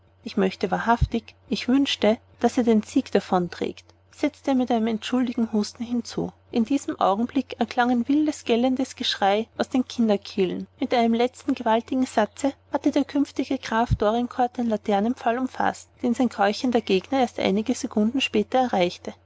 ich möchte wahrhaftig ich wünsche daß er den sieg davonträgt setzte er mit einem entschuldigenden husten hinzu in diesem augenblick erklang ein wildes gellendes geschrei aus den kinderkehlen mit einem letzten gewaltigen satze hatte der künftige graf dorincourt den laternenpfahl umfaßt den sein keuchender gegner erst ein paar sekunden später erreichte